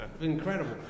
Incredible